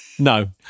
No